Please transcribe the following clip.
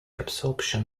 absorption